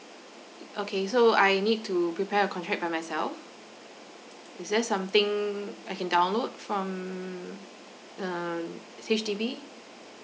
okay so I need to prepare a contract by myself is there something I can download from um H_D_B